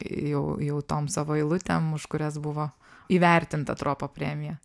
jau jau tom savo eilutėm už kurias buvo įvertinta tropo premija